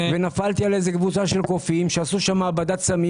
ונפלתי על קבוצה של קופים שעשו שם מעבדת סמים.